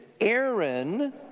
Aaron